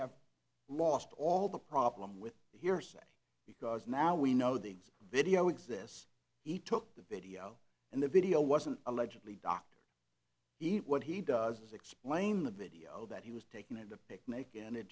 have lost all the problem with hearsay because now we know these video exists he took the video and the video wasn't allegedly dr eat what he does explain the video that he was taken at a picnic and it